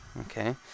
Okay